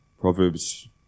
Proverbs